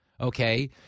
Okay